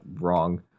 wrong